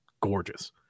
gorgeous